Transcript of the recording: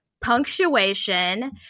Punctuation